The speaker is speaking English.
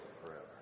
forever